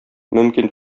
мөмкин